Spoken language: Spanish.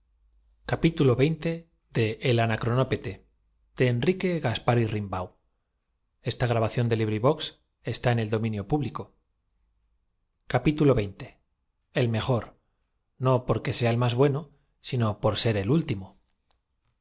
cuarto amenophis el mejor no porque sea el más bueno sino por ser el último